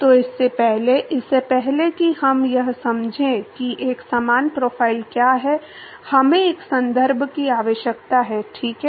तो इससे पहले इससे पहले कि हम यह समझें कि एक समान प्रोफ़ाइल क्या है हमें एक संदर्भ की आवश्यकता है ठीक है